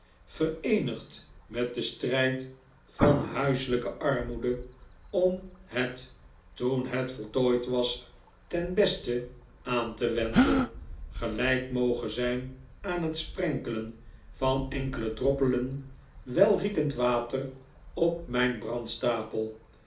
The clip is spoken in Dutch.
vereenigd met den strijd van huiselrjke armoede om het toen het voltooid was ten beste aan te wenden gelijk moge zijn aan het sprenkelen van enkele droppelen welriekend water op mijn brahdstapel